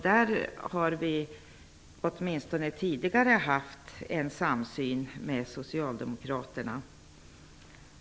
Där har vi åtminstone tidigare haft en samsyn med Socialdemokraterna.